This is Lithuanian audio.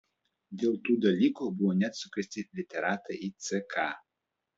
dėl tų dalykų buvo net sukviesti literatai į ck